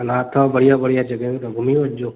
अञा अथव बढ़िया बढ़िया जॻहियूं त घुमी वठजो